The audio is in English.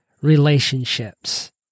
relationships